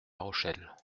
rochelle